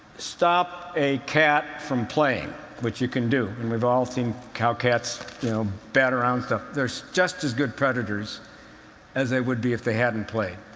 stop a cat from playing which you can do, and we've all seen how cats you know bat around stuff they're just as good predators as they would be if they hadn't played.